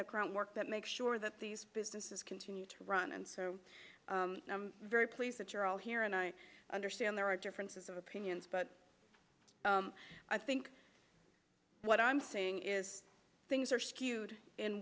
groundwork that make sure that these businesses continue to run and so i'm very pleased that you're all here and i understand there are differences of opinions but i think what i'm saying is things are skewed in